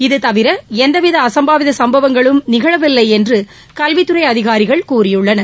இதுவரை எந்தவித அசும்பாவித சம்பவங்களும் நிகழவில்லை என்று கல்வித்துறை அதிகாரிகள் கூறினர்